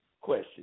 Question